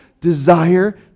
desire